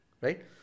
Right